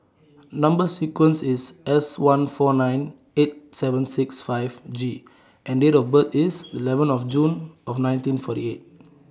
Number sequence IS S one four nine eight seven six five G and Date of birth IS eleven of June of nineteen forty eight